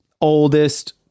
oldest